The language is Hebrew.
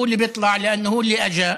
הוא זה שיצא, בגלל שהוא בא.